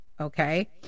okay